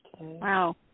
Wow